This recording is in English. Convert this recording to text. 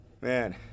Man